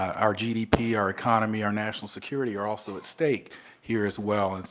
our gdp, our economy, our national security are also at stake here, as well, and so,